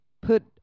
put